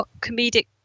comedic